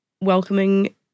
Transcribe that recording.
welcoming